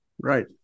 Right